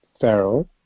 Pharaoh